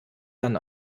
ihren